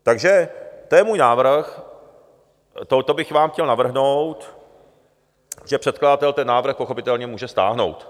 Takže to je můj návrh, to bych vám chtěl navrhnout, protože předkladatel ten návrh pochopitelně může stáhnout.